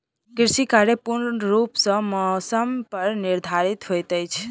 कृषि कार्य पूर्ण रूप सँ मौसम पर निर्धारित होइत अछि